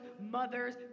mothers